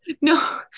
No